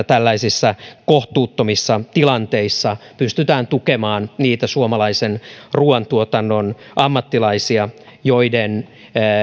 tällaisissa kohtuuttomissa tilanteissa pystytään tukemaan niitä suomalaisen ruuantuotannon ammattilaisia joiden